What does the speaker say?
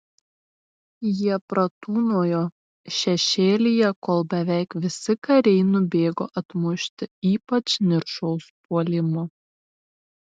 jie pratūnojo šešėlyje kol beveik visi kariai nubėgo atmušti ypač niršaus puolimo